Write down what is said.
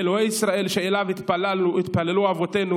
אלוהי ישראל שאליו התפללו אבותינו,